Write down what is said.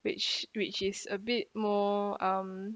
which which is a bit more um